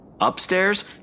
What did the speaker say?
Upstairs